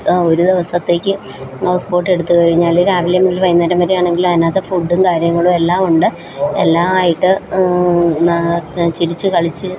ആ ഒരു ദിവസത്തേക്ക് ഹൗസ് ബോട്ട് എടുത്ത് കഴിഞ്ഞാൽ രാവിലെ മുതൽ വൈകുന്നേരം വരെയാണെങ്കിൽ അതിനകത്ത് ഫുഡും കാര്യങ്ങളും എല്ലാം ഉണ്ട് എല്ലാം ആയിട്ട് ലാസ്റ്റ് ചിരിച്ച് കളിച്ച്